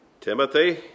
Timothy